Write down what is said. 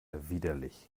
widerlich